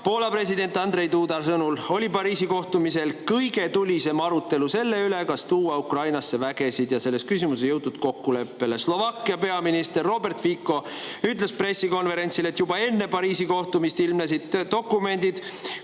Poola presidendi Andrzej Duda sõnul oli Pariisi kohtumisel kõige tulisem arutelu selle üle, kas viia Ukrainasse vägesid, ja selles küsimuses ei jõutud kokkuleppele. Slovakkia peaminister Robert Fico ütles pressikonverentsil, et juba enne Pariisi kohtumist ilmnesid dokumendid,